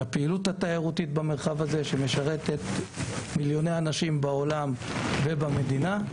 הפעילות התיירותית במרחב הזה שמשרתת מיליוני אנשים בעולם ובמדינה.